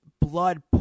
blood